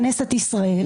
כנסת ישראל,